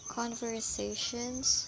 conversations